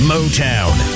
Motown